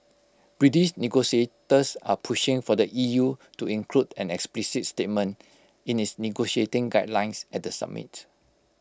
British negotiators are pushing for the EU to include an explicit statement in its negotiating guidelines at the summit